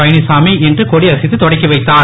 பழனிச்சாமி இன்று கொடியசைத்து தொடக்கி வைத்தார்